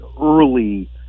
early